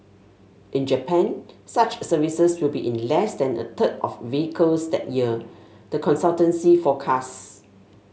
in Japan such services will be in less than a third of vehicles that year the consultancy forecasts